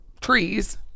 trees